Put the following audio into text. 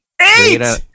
eight